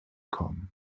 kommen